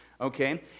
Okay